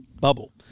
bubble